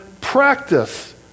practice